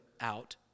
out